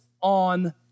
on